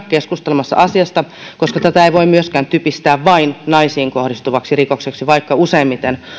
keskustelemassa asiasta koska tätä ei voi myöskään typistää vain naisiin kohdistuvaksi rikokseksi vaikka useimmiten